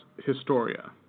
historia